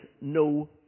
no